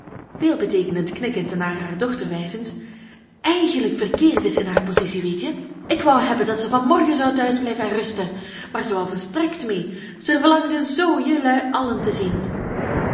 eigenlijk verkeerd is in haar positie weet je ik wou hebben dat ze van morgen zou thuis blijven en rusten maar ze wou volstrekt mee ze verlangde zoo jelui allen te zien